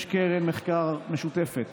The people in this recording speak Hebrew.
יש קרן מחקר משותפת